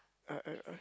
I I I